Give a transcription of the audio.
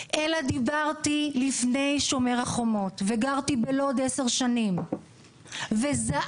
אלא דיברתי לפני שומר החומות וגרתי בלוד 10 שנים וזעקתי: